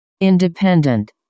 Independent